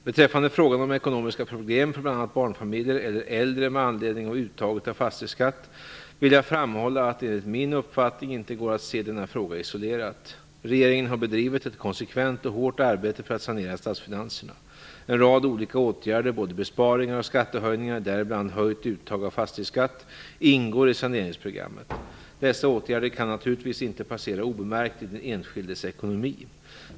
Beträffande frågan om ekonomiska problem för bl.a. barnfamiljer eller äldre med anledning av uttaget av fastighetsskatt vill jag framhålla att det enligt min uppfattning inte går att se denna fråga isolerat. Regeringen har bedrivit ett konsekvent och hårt arbete för att sanera statsfinanserna. En rad olika åtgärder, både besparingar och skattehöjningar, däribland höjt uttag av fastighetsskatt, ingår i saneringsprogrammet. Dessa åtgärder kan naturligtvis inte passera obemärkt i den enskildes ekonomi.